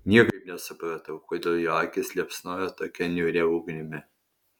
niekaip nesupratau kodėl jo akys liepsnoja tokia niūria ugnimi